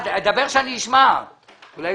כן.